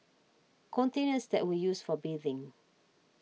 containers that were used for bathing